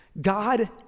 God